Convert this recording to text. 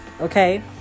okay